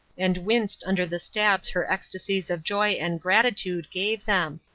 and winced under the stabs her ecstasies of joy and gratitude gave them.